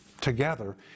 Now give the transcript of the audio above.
Together